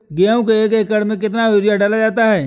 गेहूँ के एक एकड़ में कितना यूरिया डाला जाता है?